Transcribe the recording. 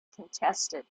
contested